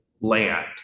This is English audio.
land